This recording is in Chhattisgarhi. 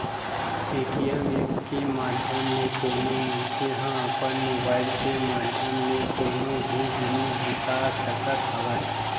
पेटीएम ऐप के माधियम ले कोनो मनखे ह अपन मुबाइल के माधियम ले कोनो भी जिनिस बिसा सकत हवय